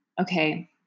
Okay